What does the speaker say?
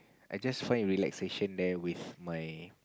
I just find relaxation there with my